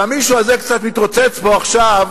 והמישהו הזה קצת מתרוצץ פה עכשיו,